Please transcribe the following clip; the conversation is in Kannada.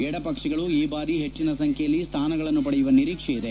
ಎಡಪಕ್ಷಗಳು ಈ ಬಾರಿ ಹೆಚ್ಚಿನ ಸಂಖ್ಯೆಯಲ್ಲಿ ಸ್ಥಾನಗಳನ್ನು ಪಡೆಯುವ ನಿರೀಕ್ಷೆಯಿದೆ